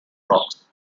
rocks